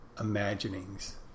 imaginings